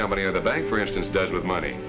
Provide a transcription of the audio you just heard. company or the bank for instance does with money